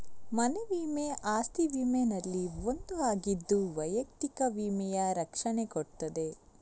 ಮನೆ ವಿಮೆ ಅಸ್ತಿ ವಿಮೆನಲ್ಲಿ ಒಂದು ಆಗಿದ್ದು ವೈಯಕ್ತಿಕ ವಿಮೆಯ ರಕ್ಷಣೆ ಕೊಡ್ತದೆ